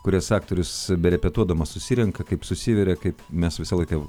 kurias aktorius repetuodamas susirenka kaip susiveria kaip mes visą laiką